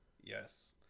Yes